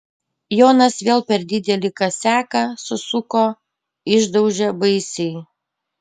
jonas vėl per didelį kasiaką susuko išdaužė baisiai